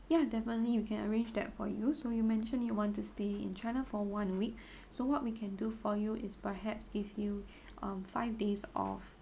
ya definitely we can arrange that for you so you mentioned you want to stay in china for one week so what we can do for you is perhaps give you um five days of